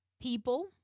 people